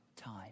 time